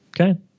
Okay